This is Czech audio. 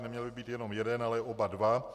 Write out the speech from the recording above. Neměl by být jenom jeden, ale oba dva.